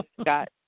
Scott